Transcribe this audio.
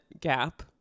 gap